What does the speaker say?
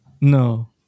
No